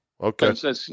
Okay